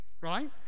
right